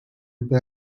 but